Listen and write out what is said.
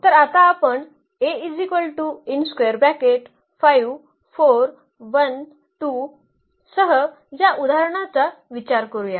तर आता आपण सह या उदाहरणाचा विचार करूया